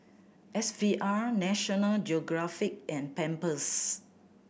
S V R National Geographic and Pampers